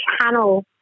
channel